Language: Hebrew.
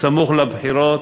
סמוך לבחירות,